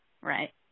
Right